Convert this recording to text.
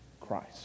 Christ